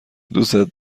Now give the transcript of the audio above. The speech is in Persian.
دوستت